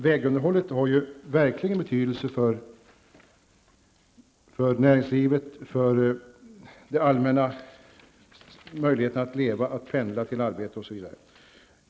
Vägunderhållet har ju verkligen betydelse för näringslivet, för det allmänna, för möjligheterna att leva, att pendla till arbetet osv.